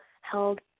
held